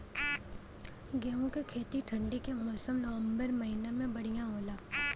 गेहूँ के खेती ठंण्डी के मौसम नवम्बर महीना में बढ़ियां होला?